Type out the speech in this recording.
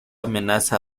amenaza